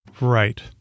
Right